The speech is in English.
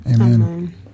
Amen